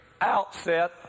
outset